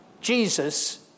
Jesus